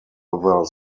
other